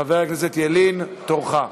חבר הכנסת ילין, תורך.